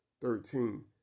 Thirteen